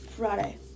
Friday